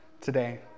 today